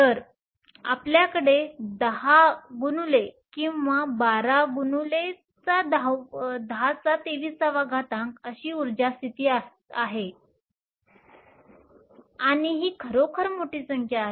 तर आपल्याकडे 10 x किंवा 12 x 1023 ऊर्जा स्थिती आहेत आणि ही खरोखर मोठी संख्या आहे